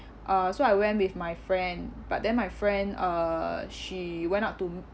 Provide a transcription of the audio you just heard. uh so I went with my friend but then my friend uh she went up to